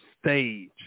stage